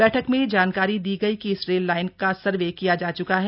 बैठक में जानकारी दी गई की इस रेल लाइन का सर्वे किया जा चुका है